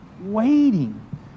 waiting